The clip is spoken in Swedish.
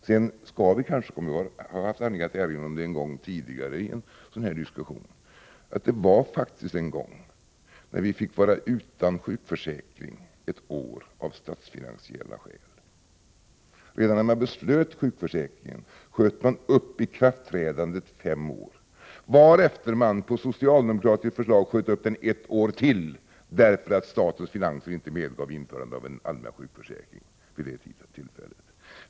Sedan skall vi kanske komma ihåg — jag har haft anledning att erinra om det en gång tidigare i en sådan här diskussion — att vi faktiskt fick vara utan sjukförsäkring under ett år, av statsfinansiella skäl. Redan när man fattade beslut om sjukförsäkringen sköt man upp ikraftträdandet fem år, varefter man på socialdemokratiskt förslag sköt upp den ett år till, därför att statens finanser inte medgav införande av en allmän sjukförsäkring vid det tillfället.